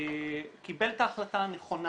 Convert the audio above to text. קיבל את ההחלטה הנכונה.